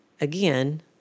again